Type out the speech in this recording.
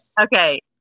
Okay